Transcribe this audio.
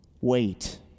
wait